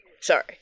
sorry